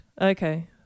Okay